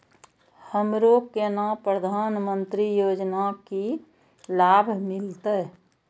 हमरो केना प्रधानमंत्री योजना की लाभ मिलते?